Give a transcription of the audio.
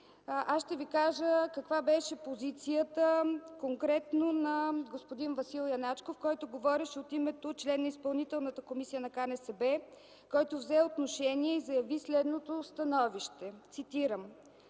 Ще ви кажа каква беше конкретно позицията на господин Васил Яначков, който говореше от името на член на Изпълнителната комисия на КНСБ. Той взе отношение и заяви следното становище, цитирам: